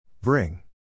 Bring